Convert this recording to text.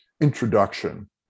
introduction